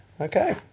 Okay